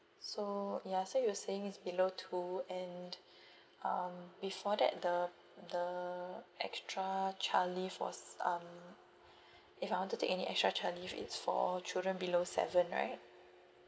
so ya so you're saying is below two and um before that the the extra child leave for um if I want to take any extra child leave it's for children below seven right